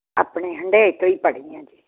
ਆਪਣੇ ਹੰਡਾਏ ਤੋਂ ਈ ਪੜੇ ਆ ਜੀ